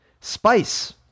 Spice